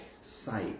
sight